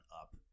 up